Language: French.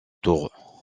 tour